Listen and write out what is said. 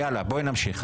בואי נמשיך.